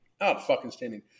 out-fucking-standing